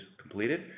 completed